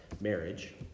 marriage